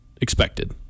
expected